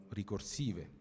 ricorsive